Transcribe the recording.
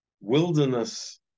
wilderness